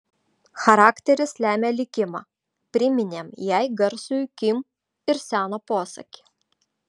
charakteris lemia likimą priminėm jai garsųjį kim ir seno posakį